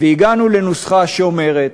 והגענו לנוסחה שאומרת,